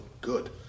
good